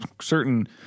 certain